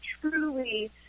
truly